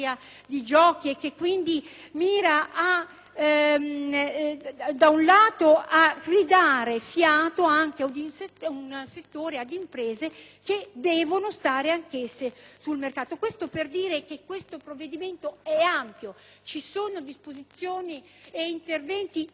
che mira a ridare fiato ad un settore e ad imprese che devono stare anch'esse sul mercato. Intendo dire che questo provvedimento è ampio; ci sono disposizioni e interventi in tutti i settori. Certo, non possiamo